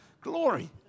Glory